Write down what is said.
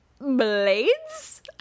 Blades